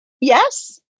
Yes